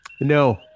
No